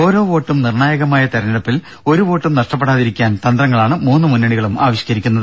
ഓരോ വോട്ടും നിർണായകമായ തെരഞ്ഞെടുപ്പിൽ ഒരു വോട്ടും നഷ്ടപ്പെടാതിരിക്കാൻ തന്ത്രങ്ങളാണ് മൂന്ന് മുന്നണികളും ആവിഷ്കരിക്കുന്നത്